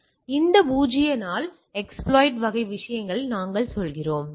எனவே இந்த பூஜ்ஜிய நாள் எஸ்பிலோய்ட் வகை விஷயங்களை நாங்கள் சொல்கிறோம்